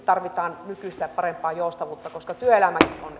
tarvitaan nykyistä parempaa joustavuutta koska työelämäkin on